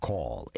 Call